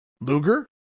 Luger